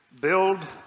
Build